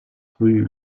rue